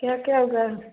क्या क्या उगा